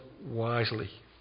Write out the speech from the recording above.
wisely